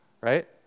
right